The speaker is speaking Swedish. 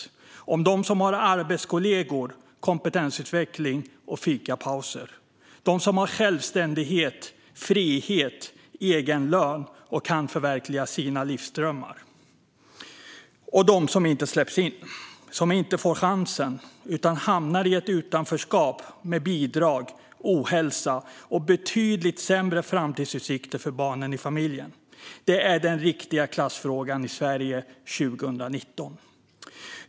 Den går mellan dem som har arbetskollegor, kompetensutveckling, fikapauser, självständighet, frihet, egen lön och möjlighet att förverkliga sina livsdrömmar och dem som inte släpps in - dem som inte får chansen utan hamnar i ett utanförskap med bidrag, ohälsa och betydligt sämre framtidsutsikter för barnen i familjen. Detta är den riktiga klassfrågan i Sverige 2019.